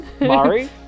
Mari